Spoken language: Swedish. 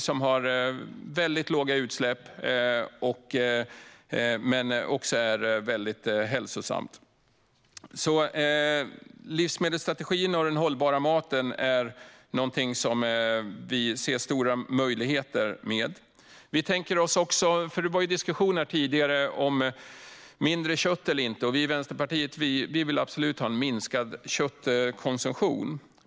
Den har väldigt låga utsläpp och är också väldigt hälsosam. Livsmedelsstrategin och den "hållbara" maten är någonting som vi ser stora möjligheter med. Det var diskussion här tidigare om huruvida vi ska konsumera mindre kött eller inte. Vi i Vänsterpartiet vill absolut ha en minskad köttkonsumtion.